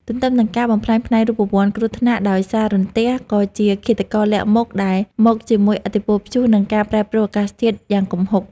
ទន្ទឹមនឹងការបំផ្លាញផ្នែករូបវន្ត គ្រោះថ្នាក់ដោយសាររន្ទះ ក៏ជាឃាតករលាក់មុខដែលមកជាមួយឥទ្ធិពលព្យុះ និងការប្រែប្រួលអាកាសធាតុយ៉ាងគំហុក។